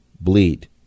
bleed